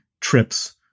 trips